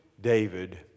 David